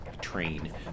train